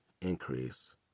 increase